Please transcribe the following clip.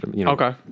Okay